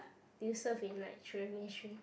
did you serve in like children ministry